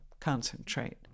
concentrate